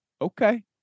okay